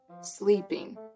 sleeping